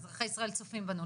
אזרחי ישראל צופים בנו,